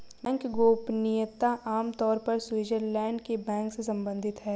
bank गोपनीयता आम तौर पर स्विटज़रलैंड के बैंक से सम्बंधित है